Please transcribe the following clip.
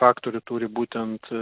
faktorių turi būtent